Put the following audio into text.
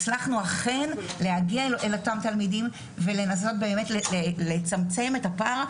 הצלחנו להגיע אל אותם תלמידים ולנסות באמת לצמצם את הפער,